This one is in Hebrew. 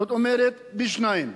זאת אומרת פי-שניים,